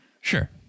Sure